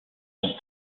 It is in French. sont